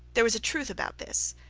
there was a truth about this,